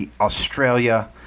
Australia